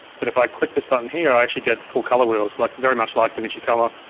but if i click this button here i actually get full color wheels like very much like davinci color,